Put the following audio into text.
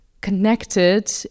connected